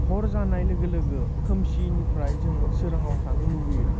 हर जानाय लोगो लोगो खोमसिनिफ्राय जोङो सोराङाव थानो लुबैयो